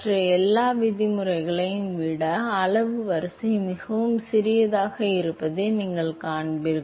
மற்ற எல்லா விதிமுறைகளையும் விட அளவு வரிசை மிகவும் சிறியதாக இருப்பதை நீங்கள் காண்பீர்கள்